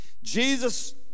jesus